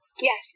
Yes